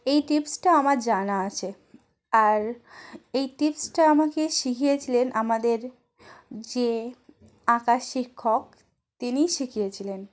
এই টিপসটা আমার জানা আছে আর এই টিপসটা আমাকে শিখিয়েছিলেন আমাদের যে আঁকার শিক্ষক তিনিই শিখিয়েছিলেন